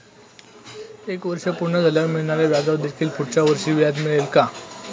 एक वर्ष पूर्ण झाल्यावर मिळणाऱ्या व्याजावर देखील पुढच्या वर्षी व्याज मिळेल का?